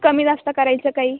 कमीजास्त करायचं काही